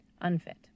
unfit